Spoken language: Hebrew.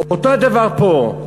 אותו דבר פה.